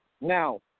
Now